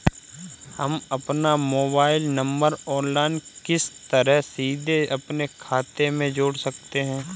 हम अपना mobile number online किस तरह सीधे अपने खाते में जोड़ सकते हैं?